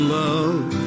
love